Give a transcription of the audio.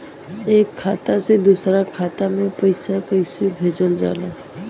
एक खाता से दूसरा खाता में पैसा कइसे भेजल जाला?